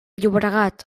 llobregat